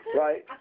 right